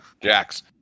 Jax